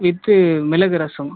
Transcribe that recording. with மிளகு ரசம்